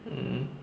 mm